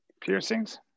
piercings